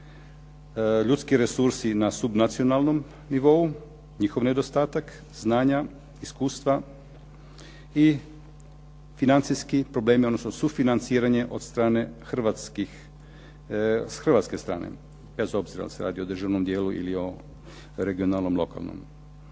ljudski resursi na subnacionalnom nivou, njihov nedostatak znanja, iskustva. I financijski problemi, odnosno sufinanciranje od hrvatske strane. Bez obzira da li se radi o državnom dijelu ili o regionalno-lokalnom.